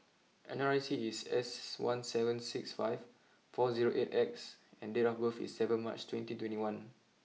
N R I C is S one seven six five four zero eight X and date of birth is seven March twenty twenty one